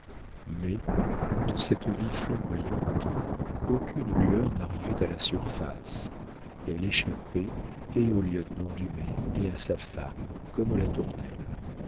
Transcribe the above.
mais de cette vie flamboyante aucune lueur n'arrivait à la surface elle échappait et au lieutenant dumay et à sa femme comme aux latournelle